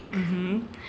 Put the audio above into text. mmhmm